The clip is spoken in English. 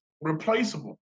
replaceable